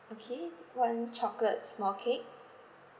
okay one chocolate small cake